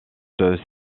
cette